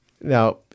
Now